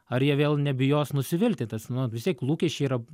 ar jie vėl nebijos nusivilti tas nu vis tiek lūkesčiai yra